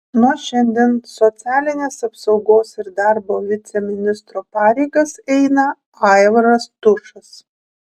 nuo šiandien socialinės apsaugos ir darbo viceministro pareigas eina aivaras tušas